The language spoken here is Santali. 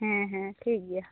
ᱦᱮᱸ ᱦᱮᱸ ᱴᱷᱤᱠ ᱜᱮᱭᱟ